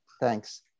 Thanks